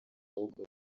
ahubwo